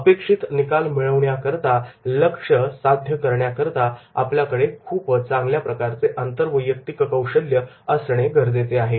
अपेक्षित निकाल मिळवण्याकरता लक्ष्य साध्य करण्याकरता आपल्याकडे खूप चांगल्या प्रकारचे आंतरवैयक्तिक कौशल्य असणे गरजेचे आहे